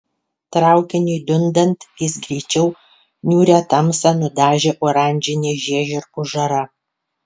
traukiniui dundant vis greičiau niūrią tamsą nudažė oranžinė žiežirbų žara